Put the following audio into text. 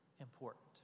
important